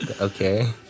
Okay